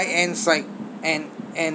high end side and and